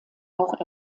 auch